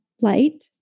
light